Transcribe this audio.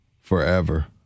Forever